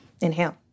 inhale